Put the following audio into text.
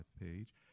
page